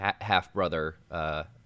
half-brother